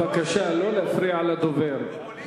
פופוליזם זול זה להיתפס לעניין.